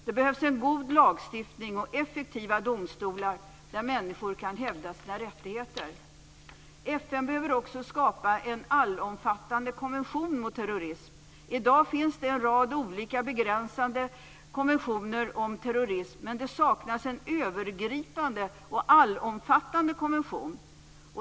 Det behövs en god lagstiftning och effektiva domstolar där människor kan hävda sina rättigheter. FN behöver också skapa en allomfattande konvention mot terrorism. I dag finns det en rad olika begränsande konventioner om terrorism, men det saknas en övergripande och allomfattande konvention.